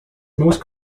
most